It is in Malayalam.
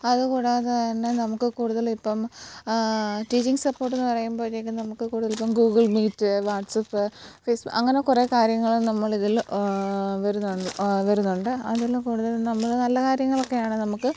അത് കൂടാതെ തന്നെ നമുക്ക് കൂടുതലിപ്പോള് ടീച്ചിങ്ങ് സപ്പോർട്ടെന്ന് പറയുമ്പോഴ്ത്തേക്കും നമുക്ക് കൂടുതലിപ്പോള് Google meet WhatsApp Facebook അങ്ങനെ കുറേ കാര്യങ്ങള് നമ്മളിതിൽ വരുന്നു വരുന്നുണ്ട് അതില് കൂടുതല് നമ്മള് നല്ല കാര്യങ്ങളൊക്കെയാണ് നമുക്ക്